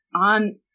on